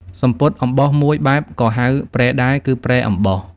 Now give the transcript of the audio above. សំពត់អំបោះមួយបែបក៏ហៅ ព្រែដែរ គឺព្រែអំបោះ។